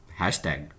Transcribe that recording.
hashtag